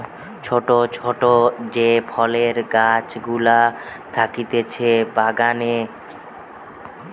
ছোট ছোট যে ফলের গাছ গুলা থাকতিছে বাগানে